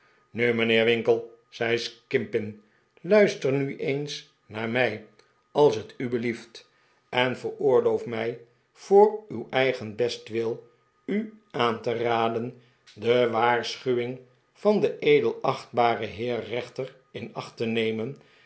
nu mijnheer winkle zei skimpin luister nu eens naar mij als het u belieft en veroorloof mij voor uw eigen bestwil u aan te raden de waarschuwing van den edelachtbaren heer rechter in acht te nemen